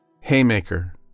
Haymaker